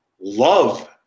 love